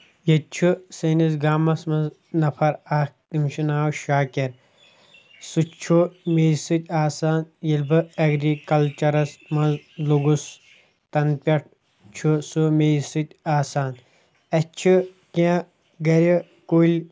ییتہِ چھُ سٲنِس گامَس منٛز نَفر اکھ تٔمِس چھُ ناو شاکر سُہ چھُ مے سۭتۍ آسان ییٚلہِ بہٕ ایگریکلچرس منٛز لوٚگُس تَنہٕ پٮ۪ٹھ چھُ سُہ مے سۭتۍ آسان اَسہِ چھِ کیٚنٛہہ گرِ کُلۍ